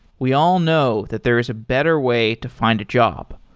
we all know that there is a better way to find a job.